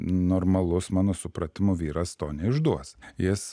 normalus mano supratimu vyras to neišduos jis